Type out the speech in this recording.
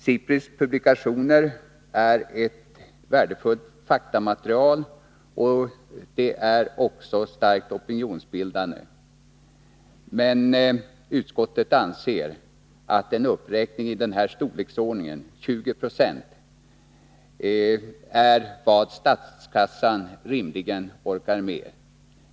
SIPRI:s publikationer utgör ett värdefullt faktamaterial och är också starkt opinionsbildande. Utskottet anser dock att en uppräkning i denna storleksordning, med 20 26, är vad statskassan rimligen orkar med.